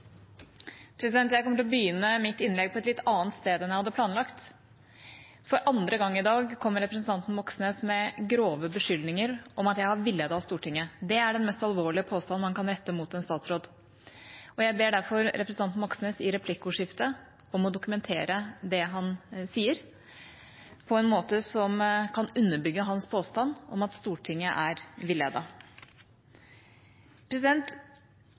til å begynne mitt innlegg med noe litt annet enn jeg hadde planlagt. For andre gang i dag kommer representanten Moxnes med grove beskyldninger om at jeg har villedet Stortinget. Det er den mest alvorlige påstand man kan rette mot en statsråd, og jeg ber derfor om at representanten Moxnes i replikkordskiftet dokumenterer det han sier, på en måte som kan underbygge hans påstand om at Stortinget er